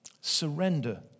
surrender